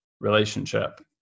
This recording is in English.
relationship